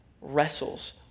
wrestles